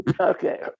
okay